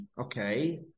okay